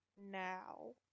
Now